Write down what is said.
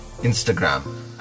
Instagram